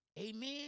Amen